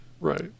right